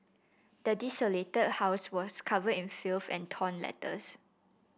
the desolated house was covered in filth and torn letters